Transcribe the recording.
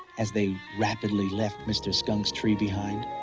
as they rapidly left mr. skunk's tree behind.